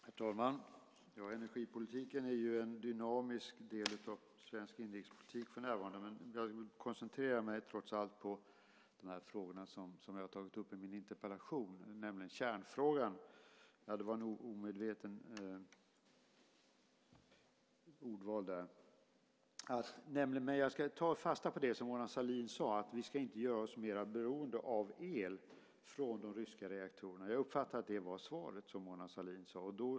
Herr talman! Ja, energipolitiken är för närvarande en dynamisk del av svensk inrikespolitik, men jag koncentrerar mig trots allt på det som jag tagit upp i min interpellation, det vill säga kärnfrågan - det där var ett omedvetet ordval. Jag ska ta fasta på det som Mona Sahlin sade, alltså att vi inte ska göra oss mer beroende av el från de ryska reaktorerna. Jag uppfattar att det var det svaret Mona Sahlin gav.